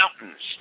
mountains